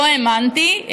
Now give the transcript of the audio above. לא האמנתי,